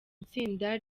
itsinda